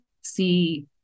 see